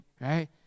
right